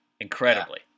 incredibly